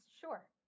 Sure